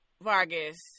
Vargas